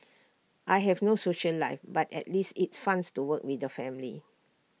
I have no social life but at least it's fangs to work with the family